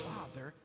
Father